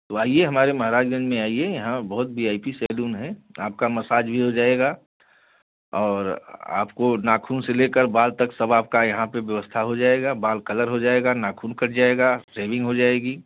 तो आइए हमारे महाराजगंज में आइए यहाँ पे बहुत वी आई पी सैलून है आपका मसाज भी हो जाएगा और आपको नाखून से लेकर बाल तक सब आपका यहाँ पे व्यवस्था हो जाएगा बाल कलर हो जाएगा नाखून कट जाएगा सेविंग हो जाएगी